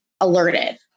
alerted